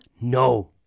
No